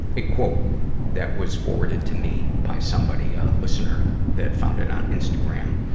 a quote that was forwarded to me by somebody, a listener that found it on instagram.